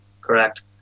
correct